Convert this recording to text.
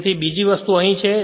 તેથી બીજી વસ્તુ અહીં છે